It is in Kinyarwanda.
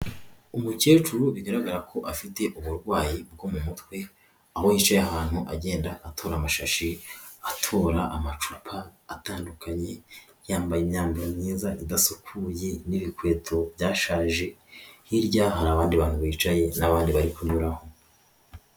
Umukecuru bigaragara ko afite uburwayi bwo mu mutwe, aho yicaye ahantu agenda atora amashashi, atora amacupa atandukanye, yambaye imyambaro myiza idasukuye n'ibikweto byashaje. Hirya hari abandi bantu bicaye n'abandi bari kunyuraho.